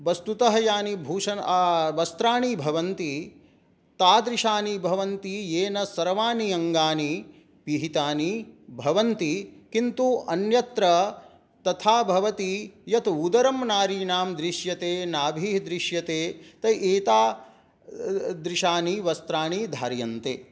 वस्तुतः यानि भूषण वस्त्राणि भवन्ति तादृशानि भवन्ति येन सर्वानि अङ्गानि पिहितानि भवन्ति किन्तु अन्यत्र तथा भवति यत् उदरं नारीणां दृश्यते नाभिः दृश्यते त एतादृशानि वस्त्राणि धार्यन्ते